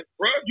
bro